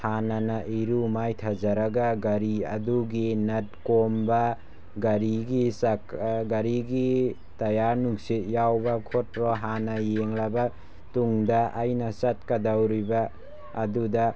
ꯍꯥꯟꯅꯅ ꯏꯔꯨ ꯃꯥꯏꯊꯖꯔꯒ ꯒꯥꯔꯤ ꯑꯗꯨꯒꯤ ꯅꯠ ꯀꯣꯝꯕ ꯒꯥꯔꯤꯒꯤ ꯒꯥꯔꯤꯒꯤ ꯇꯌꯥꯔ ꯅꯨꯡꯁꯤꯠ ꯌꯥꯎꯕ ꯈꯣꯠꯄ꯭ꯔꯥ ꯍꯥꯟꯅ ꯌꯦꯡꯂꯕ ꯇꯨꯡꯗ ꯑꯩꯅ ꯆꯠꯀꯗꯧꯔꯤꯕ ꯑꯗꯨꯗ